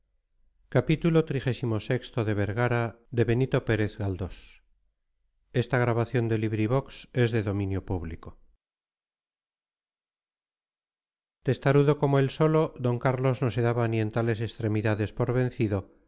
seguimiento testarudo como él solo d carlos no se daba ni en tales extremidades por vencido y